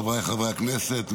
חבריי חברי הכנסת,